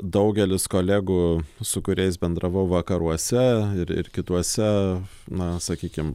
daugelis kolegų su kuriais bendravau vakaruose ir ir kituose na sakykim